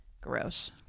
Gross